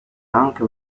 anche